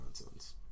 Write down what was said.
nonsense